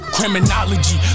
Criminology